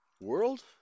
World